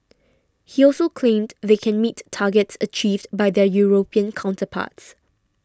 he also claimed they can meet targets achieved by their European counterparts